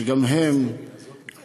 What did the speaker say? שגם הם מקפידים,